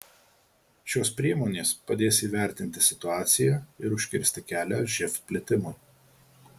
šios priemonės padės įvertinti situaciją ir užkirsti kelią živ plitimui